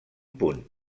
punt